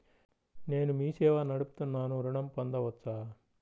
నేను మీ సేవా నడుపుతున్నాను ఋణం పొందవచ్చా?